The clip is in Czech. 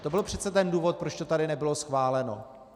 To byl přece ten důvod, proč to tady nebylo schváleno.